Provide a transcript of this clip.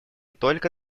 только